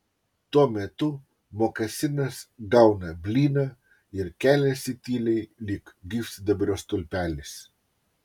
tuo metu mokasinas gauna blyną ir keliasi tyliai lyg gyvsidabrio stulpelis